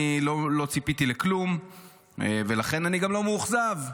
אני לא ציפיתי לכלום ולכן אני גם לא מאוכזב.